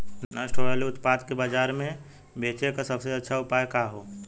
नष्ट होवे वाले उतपाद के बाजार में बेचे क सबसे अच्छा उपाय का हो?